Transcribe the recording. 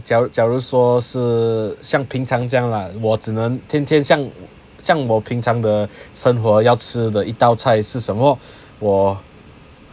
假如假如说是像平常这样 lah 我只能天天像像我平常的生活要吃的一道菜是什么我